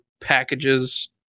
packages